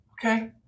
Okay